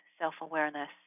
self-awareness